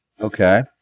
Okay